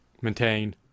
maintain